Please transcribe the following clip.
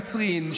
קצרין,